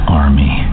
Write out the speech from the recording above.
army